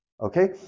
Okay